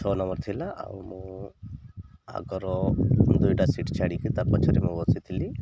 ଛଅ ନମ୍ବର ଥିଲା ଆଉ ମୁଁ ଆଗର ଦୁଇଟା ସିଟ୍ ଛାଡ଼ିକି ତା ପଛରେ ମୁଁ ବସିଥିଲି